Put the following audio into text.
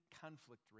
conflict